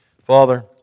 Father